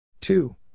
Two